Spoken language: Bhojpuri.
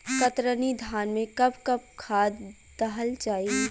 कतरनी धान में कब कब खाद दहल जाई?